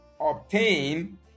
obtain